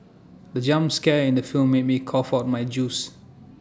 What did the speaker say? the jump scare in the film made me cough out my juice